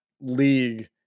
league